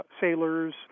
sailors